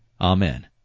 Amen